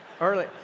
early